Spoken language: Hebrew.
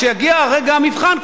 כשיגיע רגע המבחן,